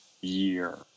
year